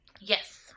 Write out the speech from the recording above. Yes